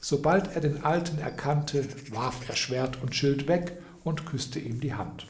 sobald er den alten erkannte warf er schwert und schild weg und küßte ihm die hand